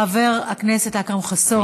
חבר הכנסת אכרם חסון,